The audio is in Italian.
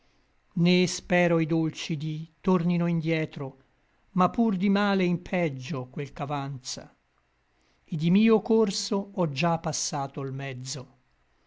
né spero i dolci dí tornino indietro ma pur di male in peggio quel ch'avanza et di mio corso ò già passato l mezzo